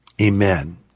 Amen